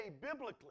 biblically